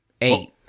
Eight